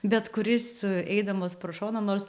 bet kuris eidamas pro šoną nors